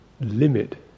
limit